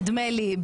נדמה לי,